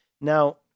Now